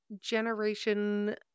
generation